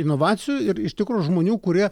inovacijų ir iš tikro žmonių kurie